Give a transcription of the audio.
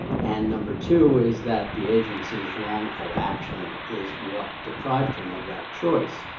and number two is that the agency's wrongful action is what deprived him of that choice.